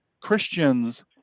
Christians